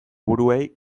buruei